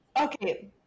Okay